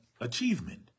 achievement